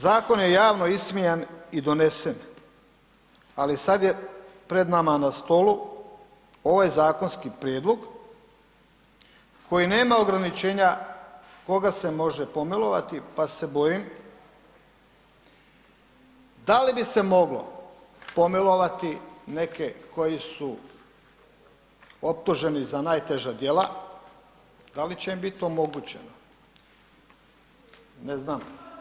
Zakon je javno ismijan i donesen, ali sad je pred nama na stolu ovaj zakonski prijedlog koji nema ograničenja koga se može pomilovati pa se bojim da li bi se moglo pomilovati neke koji su optuženi za najteža djela, da li će im biti omogućeno, ne znam.